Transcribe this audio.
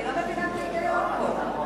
אני לא מבינה את ההיגיון פה.